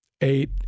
eight